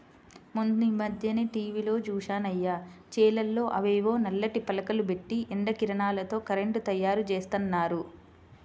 మొన్నీమధ్యనే టీవీలో జూశానయ్య, చేలల్లో అవేవో నల్లటి పలకలు బెట్టి ఎండ కిరణాలతో కరెంటు తయ్యారుజేత్తన్నారు